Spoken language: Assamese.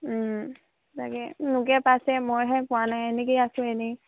তাকে লোকে পাইছে মইহে পোৱা নাই এনেকেই আছো এনেই